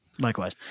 Likewise